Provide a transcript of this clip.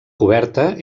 coberta